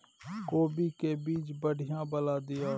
कोबी के बीज बढ़ीया वाला दिय?